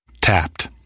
Tapped